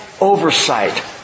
oversight